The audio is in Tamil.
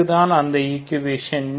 இது தான் அந்த ஈகுவேஷன்